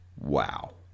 Wow